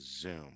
Zoom